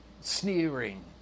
sneering